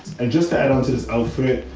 and just to add on to this outfit,